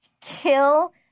Kill